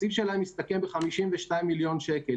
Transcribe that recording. התקציב שלהם הסתכם ב-52 מיליון שקלים,